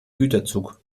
güterzug